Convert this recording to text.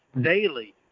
daily